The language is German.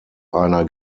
einer